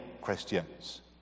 Christians